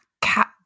cat